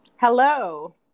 hello